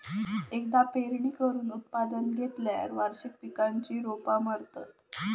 एकदा पेरणी करून उत्पादन घेतल्यार वार्षिक पिकांची रोपा मरतत